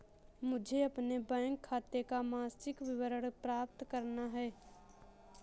मुझे अपने बैंक खाते का मासिक विवरण प्राप्त करना है?